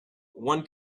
one